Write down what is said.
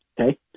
okay